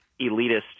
elitist